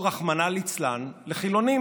או רחמנא ליצלן לחילונים,